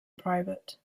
private